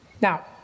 Now